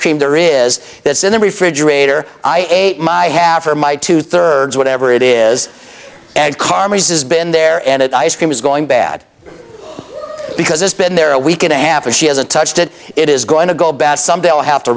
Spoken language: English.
cream there is this in the refrigerator i ate my half or my two third whatever it is and karma has been there and it ice cream is going bad because it's been there a week and a half and she hasn't touched it it is going to go bad someday i'll have to